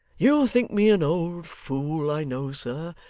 you'll think me an old fool, i know, sir.